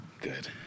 Good